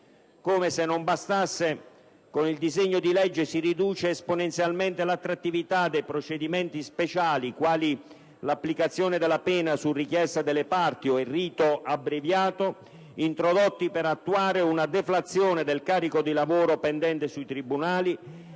Come se non bastasse, con il disegno di legge si riduce esponenzialmente l'attrattività dei procedimenti speciali, quali l'applicazione della pena su richiesta delle parti o il rito abbreviato, introdotti per attuare una deflazione del carico di lavoro pendente sui tribunali,